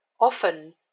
often